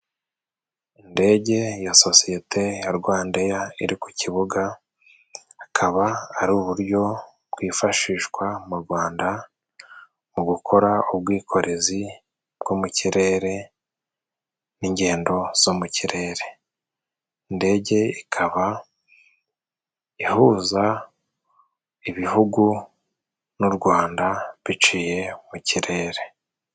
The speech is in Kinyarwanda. Indege ya sosiyete ya Rwanda eya iri ku kibuga. Hakaba ari uburyo bwifashishwa mu Rwanda mu gukora ubwikorezi bwo mu kirere n'ingendo zo mu kirere. Indege ikaba ihuza ibihugu n'u Rwanda biciye mu kirere.